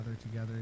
together